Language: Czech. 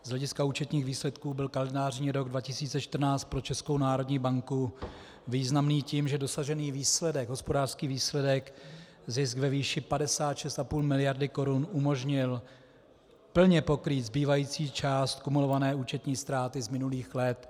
Z hlediska účetních výsledků byl kalendářní rok 2014 pro Českou národní banku významný tím, že dosažený hospodářský výsledek, zisk ve výši 56,5 mld. Kč, umožnil plně pokrýt zbývající část kumulované účetní ztráty z minulých let.